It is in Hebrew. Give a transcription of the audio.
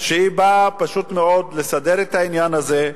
שבאה פשוט מאוד לסדר את העניין הזה.